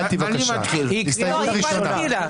מטי, בבקשה, הסתייגות ראשונה.